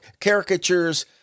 Caricatures